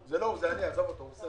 זה היה מאוד מאוד חשוב וכל הכבוד לשר.